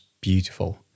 beautiful